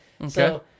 Okay